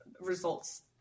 results